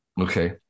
Okay